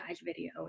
video